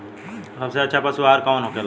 सबसे अच्छा पशु आहार कौन होखेला?